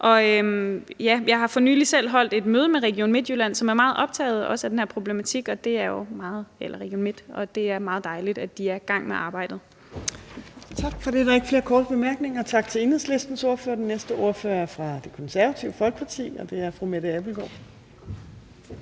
jeg har for nylig selv holdt et møde med Region Midtjylland, og de er også meget optaget af den her problematik, og det er meget dejligt, at de er i gang med arbejdet. Kl. 14:32 Fjerde næstformand (Trine Torp): Tak for det. Der er ikke flere korte bemærkninger. Tak til Enhedslistens ordfører. Den næste ordfører er fra Det Konservative Folkeparti, og det er fru Mette Abildgaard.